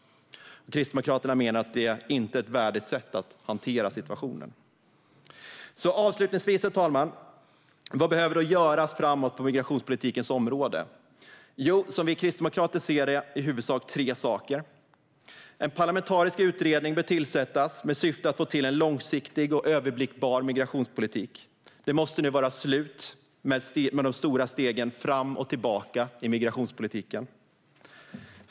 Kristdemokraterna menar att detta inte är ett värdigt sätt att hantera situationen. Herr talman! Avslutningsvis: Vad behöver göras framåt på migrationspolitikens område? Som vi kristdemokrater ser det är det i huvudsak tre saker: En parlamentarisk utredning bör tillsättas med syfte att få till en långsiktig och överblickbar migrationspolitik. Det måste vara slut på de stora stegen fram och tillbaka i migrationspolitiken.